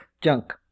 Junk